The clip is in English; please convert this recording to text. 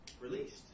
released